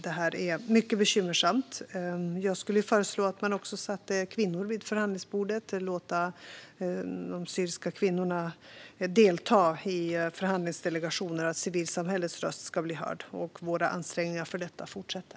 Detta är mycket bekymmersamt. Jag skulle föreslå att man också satte kvinnor vid förhandlingsbordet och lät de syriska kvinnorna delta i förhandlingsdelegationer. Så skulle civilsamhällets röst bli hörd. Våra ansträngningar för detta fortsätter.